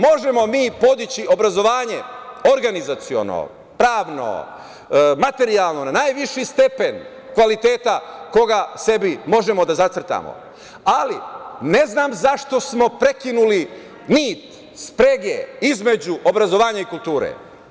Možemo mi podići obrazovanje organizaciono, pravno, materijalno na najviši stepen kvaliteta koga sebi možemo da zacrtamo, ali ne znam zašto smo prekinuli nit sprege između obrazovanja i kulture.